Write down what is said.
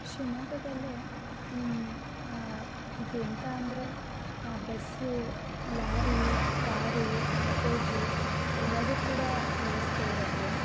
ಶಿವಮೊಗ್ಗದಲ್ಲಿ ಇದು ಎಂಥ ಅಂದರೆ ಬಸ್ಸು ಲಾರೀ ಕಾರೂ ಆಟೋಸು ಎಲ್ಲಾದಕ್ಕೆ ಕೂಡ ವ್ಯವಸ್ಥೆ ಇರತ್ತೆ